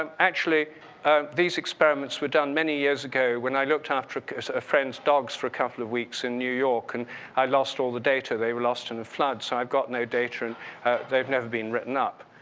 um actually these experiments were done many years ago when i looked after a friend's dogs for a couple of weeks in new york, and i lost all the data. they were lost in the floods so i've got no data and they've never been written up.